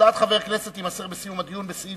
הודעת חבר כנסת תימסר בסיום הדיון בסעיף